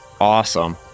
Awesome